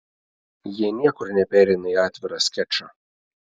jie niekur nepereina į atvirą skečą